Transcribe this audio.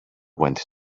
went